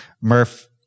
Murph